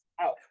Out